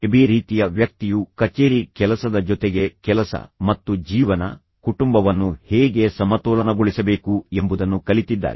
AB ರೀತಿಯ ವ್ಯಕ್ತಿಯು ಕಚೇರಿ ಕೆಲಸದ ಜೊತೆಗೆ ಕೆಲಸ ಮತ್ತು ಜೀವನ ಕುಟುಂಬವನ್ನು ಹೇಗೆ ಸಮತೋಲನಗೊಳಿಸಬೇಕು ಎಂಬುದನ್ನು ಕಲಿತಿದ್ದಾರೆ